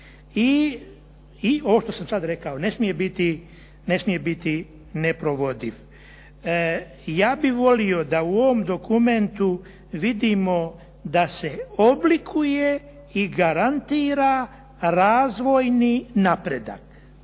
i ovo što sam sad rekao, ne smije biti neprovodiv. Ja bih volio da u ovom dokumentu vidimo da se oblikuje i garantira razvojni napredak.